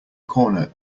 corner